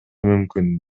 мүмкүн